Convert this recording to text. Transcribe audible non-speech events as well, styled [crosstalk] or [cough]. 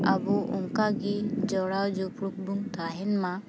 ᱟᱵᱚ ᱚᱱᱠᱟᱜᱮ ᱡᱚᱲᱟᱣ ᱡᱚᱯᱩᱲᱩᱵ [unintelligible] ᱵᱚᱱ ᱛᱟᱦᱮᱱ ᱢᱟ